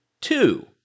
two